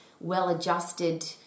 well-adjusted